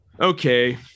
Okay